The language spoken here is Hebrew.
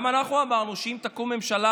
גם אנחנו אמרנו שאם תקום ממשלה,